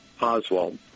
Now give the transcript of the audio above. Oswald